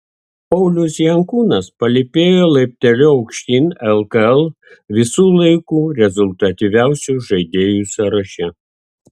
paulius jankūnas palypėjo laipteliu aukštyn lkl visų laikų rezultatyviausių žaidėjų sąraše